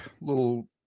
little